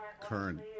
current